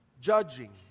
Judging